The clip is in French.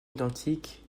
identiques